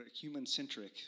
human-centric